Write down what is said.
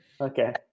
Okay